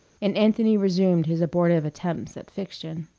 and anthony resumed his abortive attempts at fiction.